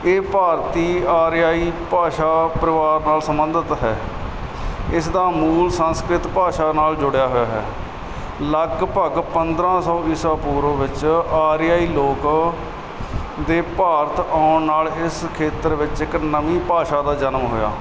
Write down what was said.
ਇਹ ਭਾਰਤੀ ਆਰਿਆਈ ਭਾਸਾ ਪਰਿਵਾਰ ਨਾਲ ਸੰਬੰਧਿਤ ਹੈ ਇਸ ਦਾ ਮੂਲ ਸੰਸਕ੍ਰਿਤ ਭਾਸ਼ਾ ਨਾਲ ਜੁੜਿਆ ਹੋਇਆ ਹੈ ਲਗਭਗ ਪੰਦਰਾ ਸੋ ਈਸਵ ਪੂਰਵ ਵਿੱਚ ਆਰੀਆਈ ਲੋਕ ਦੇ ਭਾਰਤ ਆਉਣ ਨਾਲ ਇਸ ਖੇਤਰ ਵਿੱਚ ਇੱਕ ਨਵੀਂ ਭਾਸ਼ਾ ਦਾ ਜਨਮ ਹੋਇਆ